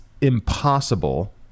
impossible